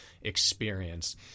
experience